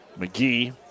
McGee